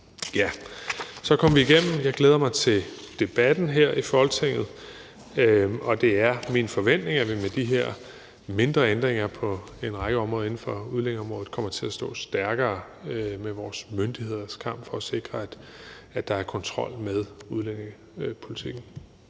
Så kom vi igennem det. Jeg glæder mig til debatten her i Folketinget, og det er min forventning, at vi med de her mindre ændringer på en række områder inden for udlændingeområdet kommer til at stå stærkere i vores myndigheders kamp for at sikre, at der er kontrol med udlændingepolitikken.